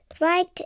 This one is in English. right